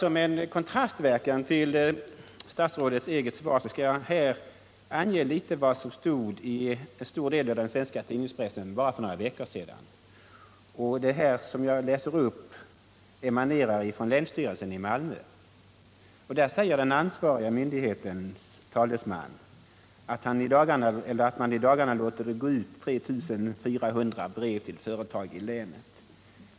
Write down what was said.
Som en kontrast till statsrådets eget svar skall jag referera vad som stått att läsa i en stor del av den svenska pressen för bara några veckor sedan. De uttalanden jag skall läsa upp emanerar från länsstyrelsen i Malmö. Den ansvariga myndighetens talesman säger att man i dagarna låter 3 400 brev gå ut till företag i länet.